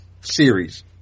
series